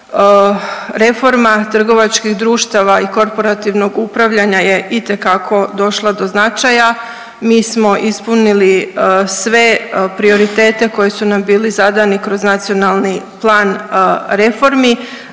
reforma trgovačkih društava i korporativnog upravljanja je itekako došla do značaja. Mi smo ispunili sve prioritete koji su nam bili zadani kroz nacionalni plan reformi